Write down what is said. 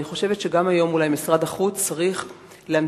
אני חושבת שגם היום אולי משרד החוץ צריך להמשיך